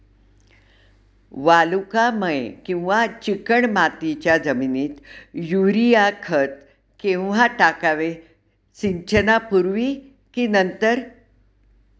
वालुकामय किंवा चिकणमातीच्या जमिनीत युरिया खत केव्हा टाकावे, सिंचनापूर्वी की नंतर?